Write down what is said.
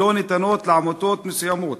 ולא ניתנות לעמותות מסוימות.